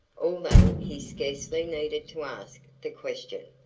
although he scarcely needed to ask the question.